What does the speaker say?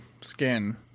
skin